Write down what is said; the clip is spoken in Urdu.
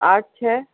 آٹھ چھ